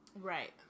right